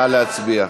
נא להצביע.